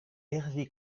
hervé